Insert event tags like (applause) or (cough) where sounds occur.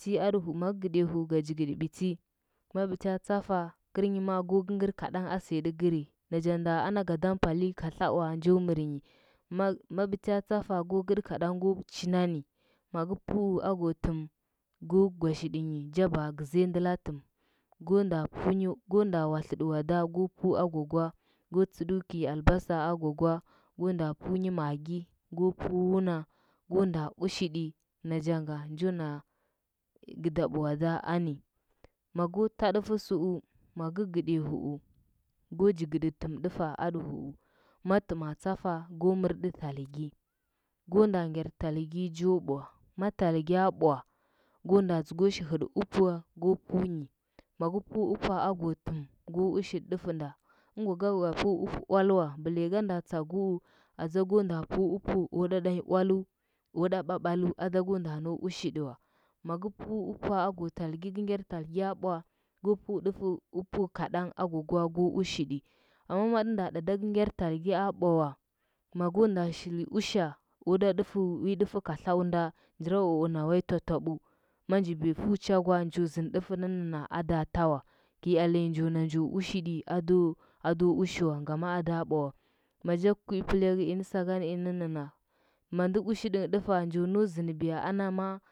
(unintelligible) ma gɚ gɚɗɚya huu ga jigɚɗɚ biti ma bita tafa kɚrnghɚ ko gɚkɚr kadang a sɚyatɚ kɚri. Nachanda ana gadam pali katlaua njo mɚrnyi ma, ma bita tsafa ko gɚɗɚkang go chinda ni. Magɚ pu ago tɚm go gwaɗinyi ba gɚzɚya ndɚla tɚm. Go nda pu (noise) go nda watlɚɗɚ wada go pu agwa kwa. Go nda tsɚɗou kɚi albasa agwa kwago nda punyi magi, go pu wuna go ushiɗi, najanga njo na gɚdab uadad ani. Ma go ta ɗɚfɚ tsɚu, magɚ gɚɗɚyo huu go jigɚɗi tɚmɗɚfa adɚ hua. Ma tɚma tsafa go mɚrtɚ talgi go nda ngyar talgi jo bwa ma talgya bwa go nda dzɚgwa shi hɚtɚ upwa go punyi maga pu upwa ago tɚm go ushiɗi ɗɚfɚnda. ɚngwa ga gwaa pu upua valwa, bɚliya ga nda tsagɚwu aɗa go nda pu upa o ɗaɗanyi valu, o ɗa babalu, ada go nda nau ushiɗɚ wa maga pu upua ago talgi gɚ ngyar talgya bwa go fu ɗɚfu upu kadang ogwa kwa go ushiɗi amma matɚnda ɗa ada gɚ gyar talga bwa wa mago nda shilusha o ɗadɚf wi ɗɚfɚu katlaunda, njwawawao na ɗɚfɚ ma nji baya fu cha kwa njo nɚni ɗɚfɚ nɚnnɚna ada ta wa kɚi alenjo na njo ushiɗi ado ushi wa ngama adai bwa wa. Maja kuipɚlagɚ inɚ sakanɚnnɚnɚ ina mandɚ ushiɗɚnghɚ ɗɚfa njo ndu zɚnɚbiyo ana ma.